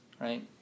right